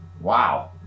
Wow